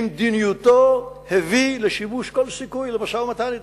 במדיניותו הביא לשיבוש כל סיכוי למשא-ומתן אתם.